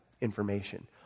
information